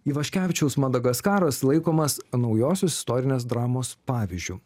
ivaškevičiaus madagaskaras laikomas naujosios istorinės dramos pavyzdžiu